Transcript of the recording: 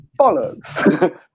bollocks